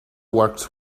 works